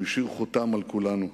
הוא השאיר חותם על כולנו.